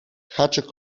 haczyk